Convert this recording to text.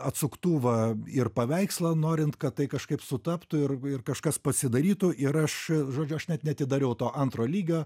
atsuktuvą ir paveikslą norint kad tai kažkaip sutaptų ir ir kažkas pasidarytų ir aš žodžiu aš net neatidariau to antro lygio